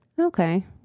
Okay